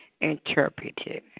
interpreted